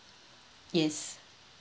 yes